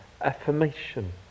affirmation